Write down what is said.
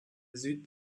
süd